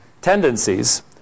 tendencies